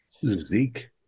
Zeke